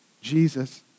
Jesus